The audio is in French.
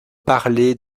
parlé